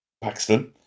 Paxton